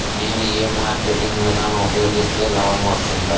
నేను ఏ మార్కెటింగ్ విధానం ఉపయోగిస్తే లాభం వస్తుంది?